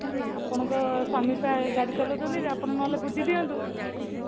ନାଇ ଆପଣଙ୍କ ସ୍ୱାମୀ ପା ଗାଡ଼ି ଚଲଉଛନ୍ତି ଆପଣ ନହେଲେ ବୁଝି ଦିଅନ୍ତୁ